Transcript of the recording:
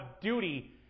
duty